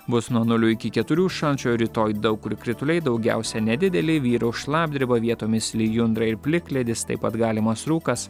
bus nuo nulio iki keturių šalčio rytoj daug kur krituliai daugiausia nedideliai vyraus šlapdriba vietomis lijundra ir plikledis taip pat galimas rūkas